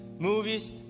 Movies